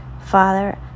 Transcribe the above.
Father